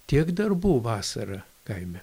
tiek darbų vasarą kaime